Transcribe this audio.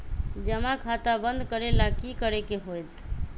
जमा खाता बंद करे ला की करे के होएत?